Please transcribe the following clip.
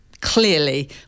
clearly